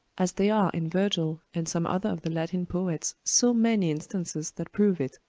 as they are in virgil and some other of the latin poets so many instances that prove it.